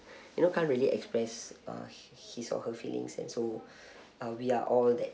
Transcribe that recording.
you know can't really express uh h~ his or her feelings and so uh we are all that